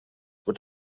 with